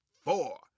four